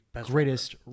greatest